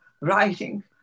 writing